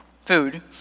food—